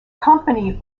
company